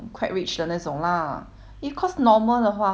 if cause normal 的话 hor normal 的 family 就是那种